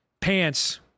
pants